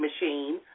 machine